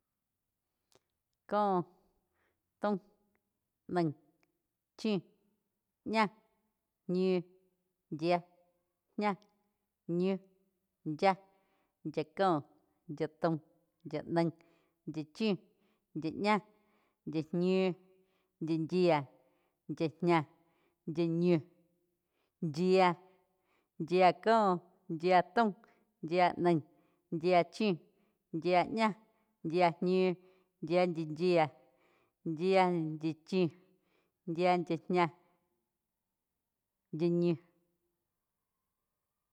Có, taum, naih, chiu, ñáh, ñiu, yiá, ñah, ñiu, yáh, yáh có, yáh taum, yáh naíh, yáh chíu, yía ñáh, yiá ñiu, yía yía, yá ñá, yá ñiu, yiá, yía có, yiá taum, yiá naíh, yiá chíu, yiá ña, yiá ñiu, yiá yi yiá, yiá yi chíu, yiá yi ñah, yiá ñiu.